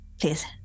please